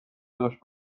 داشت